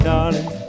Darling